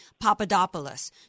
Papadopoulos